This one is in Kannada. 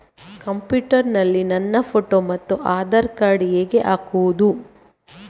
ಕಂಪ್ಯೂಟರ್ ನಲ್ಲಿ ನನ್ನ ಫೋಟೋ ಮತ್ತು ಆಧಾರ್ ಕಾರ್ಡ್ ಹೇಗೆ ಹಾಕುವುದು?